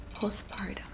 postpartum